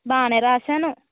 బాగానే రాశాను